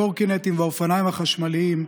הקורקינטים והאופניים החשמליים,